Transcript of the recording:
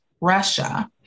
Russia